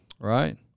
Right